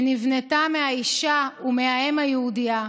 שנבנתה מהאישה ומהאם היהודייה,